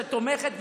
שתומכת,